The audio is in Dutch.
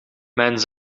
mijn